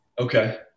Okay